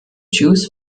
jews